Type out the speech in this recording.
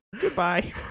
Goodbye